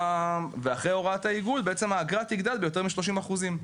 ואחרי הוראת העיגול בעצם האגרה תגדל ביותר מ-30 אחוזים.